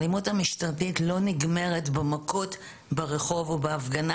האלימות המשטרתית לא נגמרת במכות ברחוב או בהפגנה